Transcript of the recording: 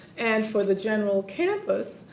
and for the general campus,